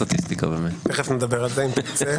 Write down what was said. מי שקורא את ישראל היום,